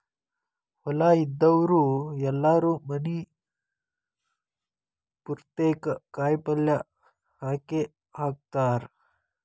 ಹೊಲಾ ಇದ್ದಾವ್ರು ಎಲ್ಲಾರೂ ಮನಿ ಪುರ್ತೇಕ ಕಾಯಪಲ್ಯ ಹಾಕೇಹಾಕತಾರ